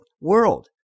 world